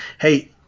hey